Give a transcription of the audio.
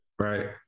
Right